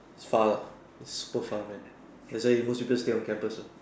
it's far lah it's super far man that's why most people stay on campus uh